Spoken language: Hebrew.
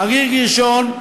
חריג ראשון,